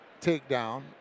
takedown